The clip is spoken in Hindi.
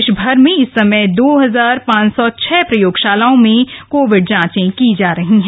देशभर में इस समय दो हजार पांच सौ छह प्रयोगशालाओं में कोविड जांच की जा रही है